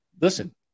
listen